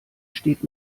steht